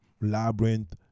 labyrinth